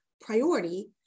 priority